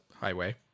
highway